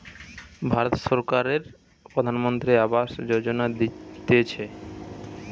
ভারত সরকারের প্রধানমন্ত্রী আবাস যোজনা দিতেছে